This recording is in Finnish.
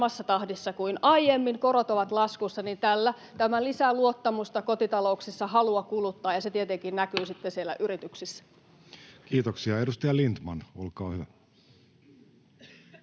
samassa tahdissa kuin aiemmin ja korot ovat laskussa, tämä lisää luottamusta kotitalouksissa ja halua kuluttaa, ja se tietenkin näkyy sitten siellä yrityksissä. Kiitoksia. — Edustaja Lindtman, olkaa hyvä.